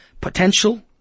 Potential